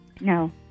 No